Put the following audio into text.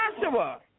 Joshua